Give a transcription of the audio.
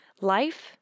Life